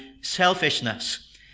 Selfishness